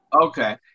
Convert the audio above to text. okay